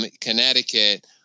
Connecticut